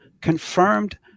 confirmed